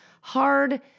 hard